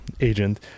agent